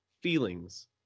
feelings